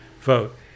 vote